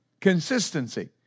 consistency